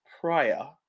prior